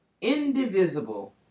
indivisible